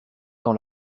dans